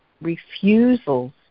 refusals